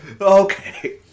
Okay